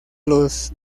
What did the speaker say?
los